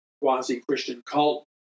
quasi-Christian-cult